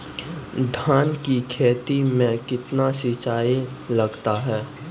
धान की खेती मे कितने सिंचाई लगता है?